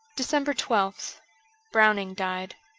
december twelfth browning died